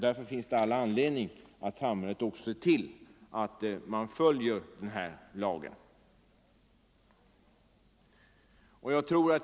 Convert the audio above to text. Därför har samhället all anledning att se till att lagen följs.